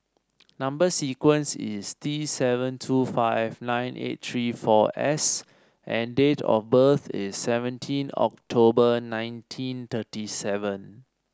number sequence is T seven two five nine eight three four S and date of birth is seventeen October nineteen thirty seven